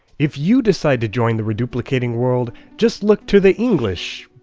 if you decide to join the reduplicating world, just look to the english.